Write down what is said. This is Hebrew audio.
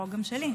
חוק שלי.